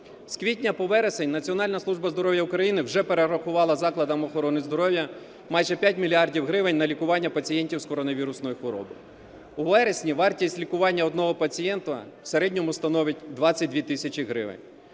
З квітня по вересень Національна служба здоров'я України вже перерахувала закладам охорони здоров'я майже 5 мільярдів гривень на лікування пацієнтів з коронавірусною хворобою. У вересні вартість лікування одного пацієнта в середньому становить 22 тисячі гривень,